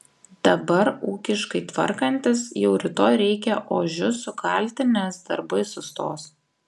dabar ūkiškai tvarkantis jau rytoj reikia ožius sukalti nes darbai sustos